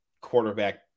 quarterback